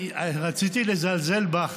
חצוף פחדן, רציתי לזלזל בך